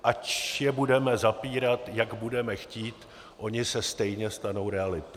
Ať je budeme zapírat, jak budeme chtít, ona se stejně stanou realitou.